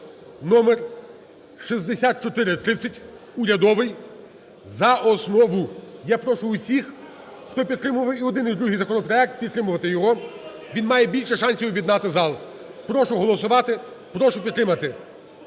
(№ 6430) (урядовий) за основу. Я прошу всіх, хто підтримував і один, і другий законопроект, підтримати його, він має більше шансів об'єднати зал. Прошу голосувати, прошу підтримати